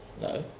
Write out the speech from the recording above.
No